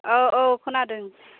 औ औ खोनादों